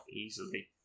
easily